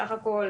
בסך הכול